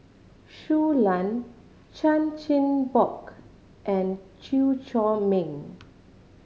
Shui Lan Chan Chin Bock and Chew Chor Meng